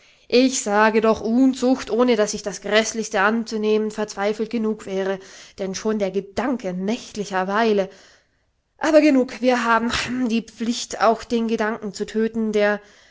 ich sage doch unzucht ohne daß ich das gräßlichste anzunehmen verzweifelt genug wäre denn schon der gedanke nächtlicher weile aber genug wir haben rhm die pflicht auch den gedanken zu töten der